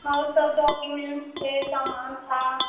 और सब डाक्यूमेंस थे समान था